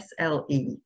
SLE